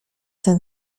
ten